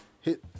hit